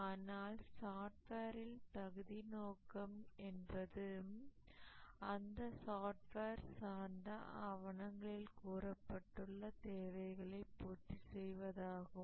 ஆனால் சாஃப்ட்வேரில் தகுதி நோக்கம் என்பது அந்த சாஃப்ட்வேர் சார்ந்த ஆவணங்களில் கூறப்பட்டுள்ள தேவைகளை பூர்த்தி செய்வதாகும்